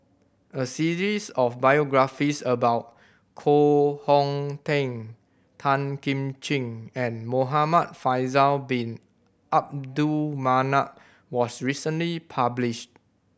a series of biographies about Koh Hong Teng Tan Kim Ching and Muhamad Faisal Bin Abdul Manap was recently published